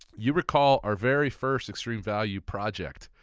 you recall our very first extreme value project.